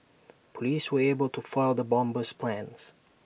Police were able to foil the bomber's plans